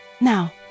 Now